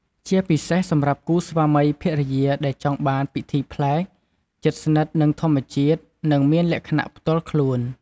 ជាពិសេសសម្រាប់គូស្វាមីភរិយាដែលចង់បានពិធីប្លែក ជិតស្និទ្ធនឹងធម្មជាតិ និងមានលក្ខណៈផ្ទាល់ខ្លួន។